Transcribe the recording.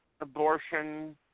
abortion